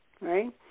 right